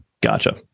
Gotcha